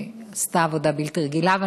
שעשתה עבודה בלתי רגילה.